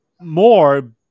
more